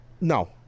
No